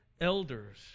elders